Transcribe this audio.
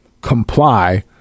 comply